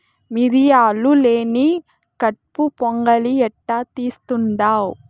మిరియాలు లేని కట్పు పొంగలి ఎట్టా తీస్తుండావ్